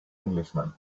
englishman